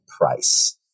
price